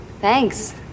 Thanks